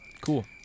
Cool